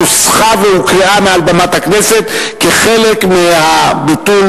נוסחה והוקראה מעל במת הכנסת כחלק מהביטול